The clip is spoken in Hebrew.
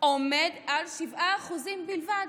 עומד על 7% בלבד.